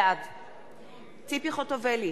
בעד ציפי חוטובלי,